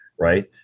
Right